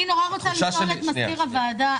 אני מבקשת לשאול את מנהל הוועדה,